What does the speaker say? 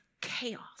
chaos